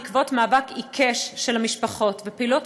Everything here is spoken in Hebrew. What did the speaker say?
בעקבות מאבק עיקש של המשפחות ופעילות